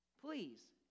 please